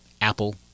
Apple